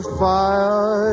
fire